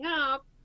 up